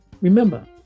Remember